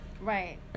right